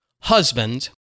husband